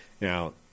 Now